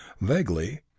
vaguely